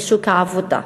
לשוק העבודה,